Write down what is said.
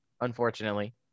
unfortunately